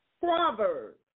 Proverbs